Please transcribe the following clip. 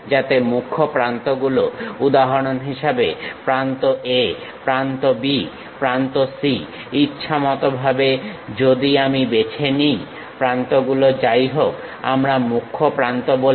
যাতে মুখ্য প্রান্তগুলো উদাহরণ হিসেবে প্রান্ত A প্রান্ত B প্রান্ত C ইচ্ছামতভাবে যদি আমি বেছে নিই প্রান্তগুলো যাইহোক আমরা মুখ্য প্রান্ত বলি